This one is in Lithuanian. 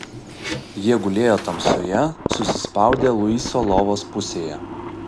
jie gulėjo tamsoje susispaudę luiso lovos pusėje